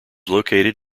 located